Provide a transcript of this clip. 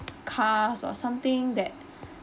cars or something that